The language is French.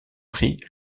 prit